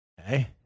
Okay